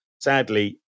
sadly